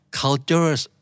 culture's